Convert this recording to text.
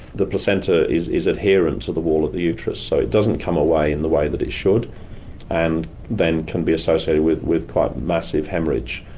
the placenta is is adherent to the wall of the uterus so it doesn't come away in the way that it should and then can be associated with with quite massive haemorrhage.